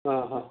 ہاں ہاں